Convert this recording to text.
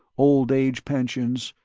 old age pensions,